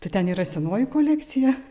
tai ten yra senoji kolekcija